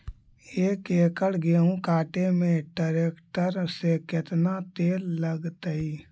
एक एकड़ गेहूं काटे में टरेकटर से केतना तेल लगतइ?